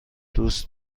دوست